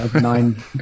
nine